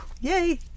yay